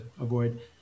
avoid